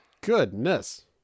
Goodness